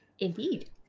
Indeed